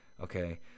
Okay